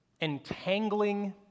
entangling